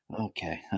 Okay